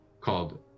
called